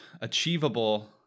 achievable